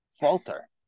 falter